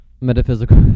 Metaphysical